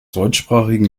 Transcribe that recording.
deutschsprachigen